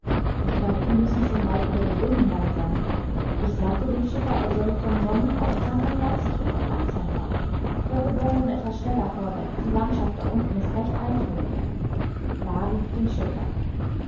ich glaube wir müssen schon weit über dem binnenland sein ich sagte dem schiffer er solle von sonnenaufgang an ganz tief und langsam fahren aber wir wollen nun etwas schneller vorwärts die landschaft da unten ist recht eintönig la rief den schiffer